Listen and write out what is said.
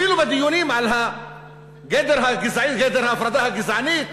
אפילו בדיונים על גדר ההפרדה הגזענית